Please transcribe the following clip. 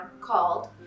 called